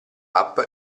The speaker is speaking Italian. app